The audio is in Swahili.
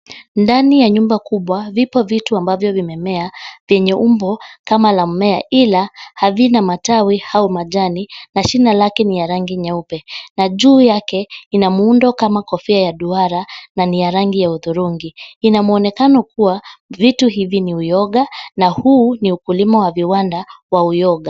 Ndani ya nyumba kubwa, vipo vitu ambavyo vimemea vyenye umbo kama la mmea ila, havina matawi au majani na shina lake ni la rangi nyeupe, na juu yake ina muundo kama kofia ya duara na ni ya rangi ya hudhurungi. Ina mwonekano kuwa vitu hivi ni uyoga na huu ni ukulima wa viwanda wa uyoga.